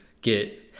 get